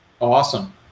Awesome